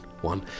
one